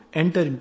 enter